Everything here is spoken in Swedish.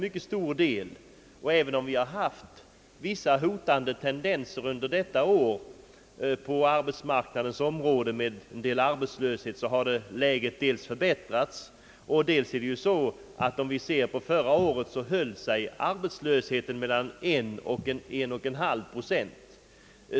Även om vi un der detta år haft vissa hotande tendenser på arbetsmarknadens område med en del arbetslöshet, så har läget dock förbättrats, och dessutom är det ju så att förra året höll sig arbetslösheten mellan 1 och 1,5 procent.